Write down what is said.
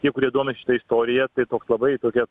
tie kurie domisi šita istorija tai toks labai tokia